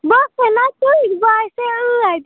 بہٕ ٲسَی نا تٔتۍ بہٕ آیِسے ٲدۍ